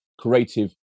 creative